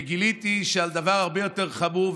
וגיליתי שעל דבר הרבה יותר חמור,